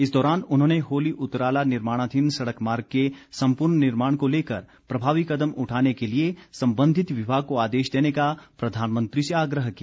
इस दौरान उन्होंने होली उतराला निर्माणाधीन सड़क मार्ग के सम्पूर्ण निर्माण को लेकर प्रभावी कदम उठाने के लिए संबंधित विभाग को आदेश देने का प्रधानमंत्री से आग्रह किया